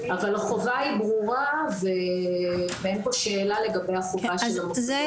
אבל החובה היא ברורה ואין פה שאלה לגבי החובה של המוסדות להניף את הדגל.